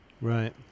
Right